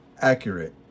accurate